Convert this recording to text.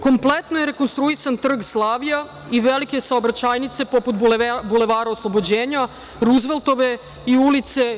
Kompletno je rekonstruisan Trg Slavija i velike saobraćajnice poput Bulevara Oslobođenja, Ruzveltove i ul.